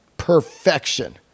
Perfection